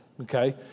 okay